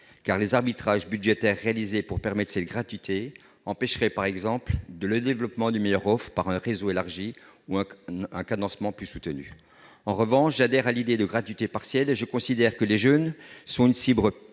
Les arbitrages budgétaires réalisés pour permettre cette gratuité empêcheraient, par exemple, le développement d'une meilleure offre par un réseau élargi ou un cadencement plus soutenu. En revanche, j'adhère à l'idée de la gratuité partielle. Les jeunes sont une cible